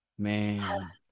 Man